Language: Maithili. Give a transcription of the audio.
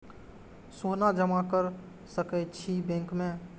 सोना जमा कर सके छी बैंक में?